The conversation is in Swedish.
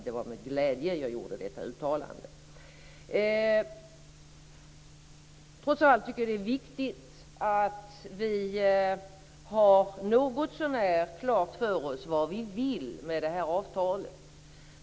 Det var med glädje jag gjorde detta uttalande. Trots allt tycker jag att det är viktigt att vi har något så när klart för oss vad vi vill med det här avtalet.